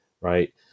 right